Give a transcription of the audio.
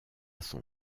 son